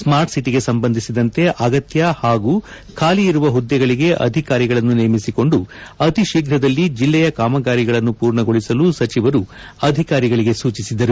smart ಸಿಟಿಗೆ ಸಂಬಂಧಿಸಿದಂತೆ ಅಗತ್ಯ ಹಾಗೂ ಖಾಲಿಯಿರುವ ಹುದ್ದೆಗಳಿಗೆ ಅಧಿಕಾರಿಗಳನ್ನು ನೇಮಿಸಿಕೊಂಡು ಅತಿಶೀಫ್ರದಲ್ಲಿ ಜಿಲ್ಲೆಯ ಕಾಮಗಾರಿಗಳನ್ನು ಪೂರ್ಣಗೊಳಿಸಲು ಸಚಿವರು ಅಧಿಕಾರಿಗಳಿಗೆ ಸೂಚಿಸಿದರು